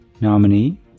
nominee